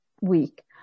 week